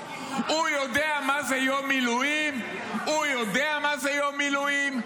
הוא יודע מה זה יום מילואים?